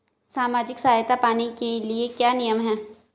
सामाजिक सहायता पाने के लिए क्या नियम हैं?